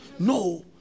No